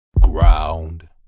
Ground